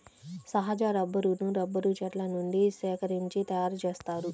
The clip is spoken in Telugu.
సహజ రబ్బరును రబ్బరు చెట్ల నుండి సేకరించి తయారుచేస్తారు